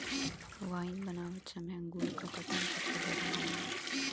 wine बनावत समय अंगूर क कटाई सबसे जरूरी होला